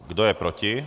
Kdo je proti?